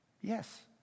Yes